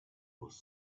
was